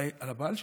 על הבעל שלך?